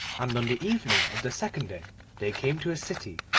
and on the evening of the second day they came to a city,